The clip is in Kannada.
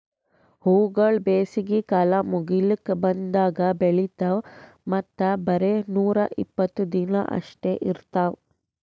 ಹೂವುಗೊಳ್ ಬೇಸಿಗೆ ಕಾಲ ಮುಗಿಲುಕ್ ಬಂದಂಗ್ ಬೆಳಿತಾವ್ ಮತ್ತ ಬರೇ ನೂರಾ ಇಪ್ಪತ್ತು ದಿನ ಅಷ್ಟೆ ಇರ್ತಾವ್